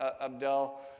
Abdel